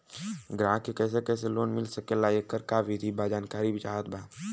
ग्राहक के कैसे कैसे लोन मिल सकेला येकर का विधि बा जानकारी चाहत बा?